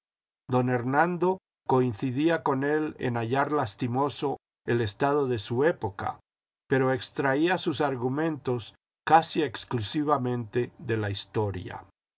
don hernando coincidía con él en hallar lastimoso el estado de su época pero extraía sus argumentos casi exclusivamente de la historia